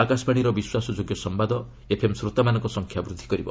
ଆକାଶବାଣୀର ବିଶ୍ୱାସଯୋଗ୍ୟ ସମ୍ଭାଦ ଏଫ୍ଏମ୍ ଶ୍ରୋତାମାନଙ୍କ ସଂଖ୍ୟା ବୃଦ୍ଧି କରିବ